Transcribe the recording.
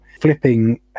flipping